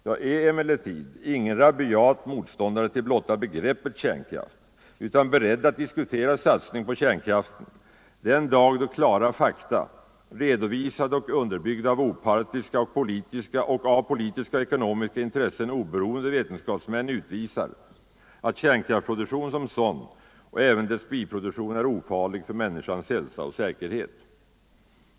Jag är emellertid ingen rabiat motståndare till blotta begreppet kärnkraft utan är beredd att diskutera satsning på kärnkraft den dag då klara fakta, redovisade och underbyggda av opartiska och av politiska och ekonomiska intressen oberoende vetenskapsmän, utvisar att kärnkraftsproduktion som sådan och även dess biproduktion är ofarlig för människans hälsa och säkerhet.